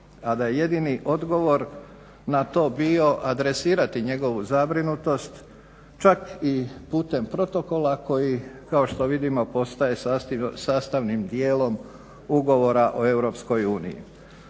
a da je jedini odgovor na to bio adresirati njegovu zabrinutost čak i putem protokola koji kao što vidimo postaje sastavnim dijelom Ugovora o EU.